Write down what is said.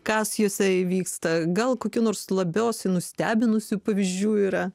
kas jose įvyksta gal kokių nors labiausiai nustebinusių pavyzdžių yra